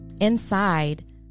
Inside